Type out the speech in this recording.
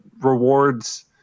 rewards